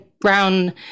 brown